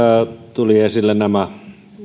tuli esille nämä